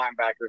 linebackers